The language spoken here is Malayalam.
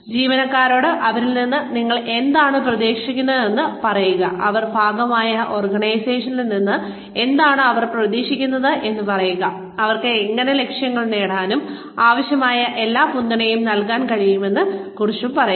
ജീവനക്കാരോട് അവരിൽ നിന്ന് നിങ്ങൾ എന്താണ് പ്രതീക്ഷിക്കുന്നതെന്ന് പറയുക അവർ ഭാഗമായ ഓർഗനൈസേഷനിൽ നിന്ന് എന്താണ് അവർ പ്രതീക്ഷിക്കേണ്ടത് എന്ന് പറയുക അവർക്ക് എങ്ങനെ ലക്ഷ്യങ്ങൾ നേടാനും അവർക്ക് ആവശ്യമായ എല്ലാ പിന്തുണയും നൽകാൻ കഴിയുമെന്നതിനെ കുറിച്ചും പറയുക